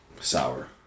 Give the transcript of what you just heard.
Sour